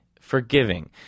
forgiving